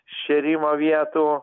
šėrimo vietų